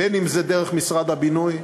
בין שזה דרך משרד הבינוי,